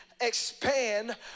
expand